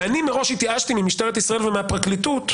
ואני מראש התייאשתי ממשטרת ישראל ומהפרקליטות.